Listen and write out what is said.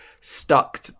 stuck